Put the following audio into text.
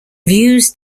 views